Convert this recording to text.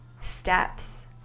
steps